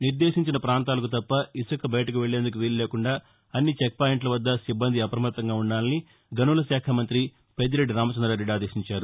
నిర్దేశించిన ప్రాంతాలకు తప్ప ఇసుక బయటకు వెక్షేందుకు వీల్లేకుండా అన్ని చెక్పాయింట్ల వద్ద సిబ్బంది అప్రమత్తంగా ఉ ండాలని గనుల శాఖా మంతి పెద్దిరెడ్డి రామచంద్రారెడ్డి అదేశించారు